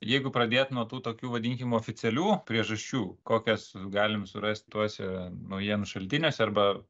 jeigu pradėt nuo tų tokių vadinkim oficialių priežasčių kokias galim surast tuose naujienų šaltiniuose arba